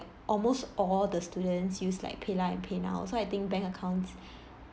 almost all the students use like paylah and paynow so I think bank accounts